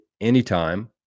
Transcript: anytime